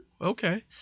okay